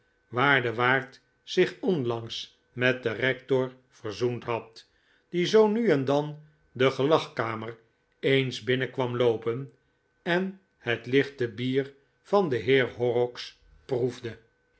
de waard zich onlangs met den rector verzoend had die zoo nu en dan de gelagkamer eens binnen kwam loopen en het lichte bier van den heer horrocks proefde